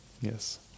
Yes